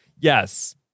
Yes